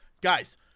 Guys